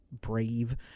brave